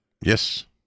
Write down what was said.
Yes